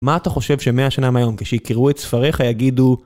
מה אתה חושב שמאה שנה מהיום כשיקראו את ספריך יגידו...